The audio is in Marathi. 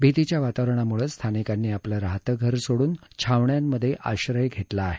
भितीच्या वातावरणामुळे स्थानिकांनी आपलं राहतं घर सोडून छावण्यांमधे आश्रय घेतला आहे